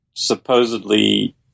supposedly